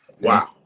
Wow